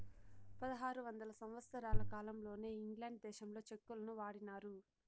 పదహారు వందల సంవత్సరాల కాలంలోనే ఇంగ్లాండ్ దేశంలో చెక్కులను వాడినారు